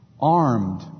armed